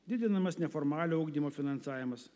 didinamas neformalio ugdymo finansavimas